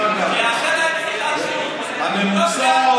בגלל הלחץ היום ראש הממשלה לא מצליח